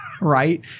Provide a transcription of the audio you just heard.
right